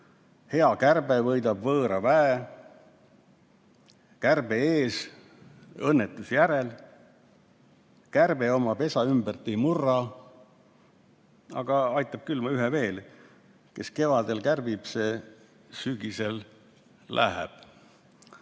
Hea kärbe võidab võõra väe. Kärbe ees, õnnetus järel. Kärbe oma pesa ümbert ei murra. Aga aitab küll. Aga üks veel: kes kevadel kärbib, see sügisel läheb.